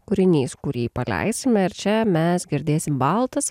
kūrinys kurį paleisime ir čia mes girdėsim baltas